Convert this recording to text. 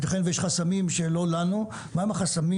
ייתכן ויש חסמים שלא לנו; מהם החסמים